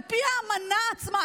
על פי האמנה עצמה,